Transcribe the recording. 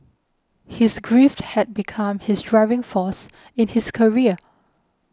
his grief had become his driving force in his career